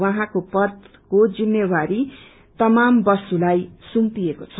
उहाँको पदको जिम्मेवारी तमाल बसुलाई सुम्पिइएको छ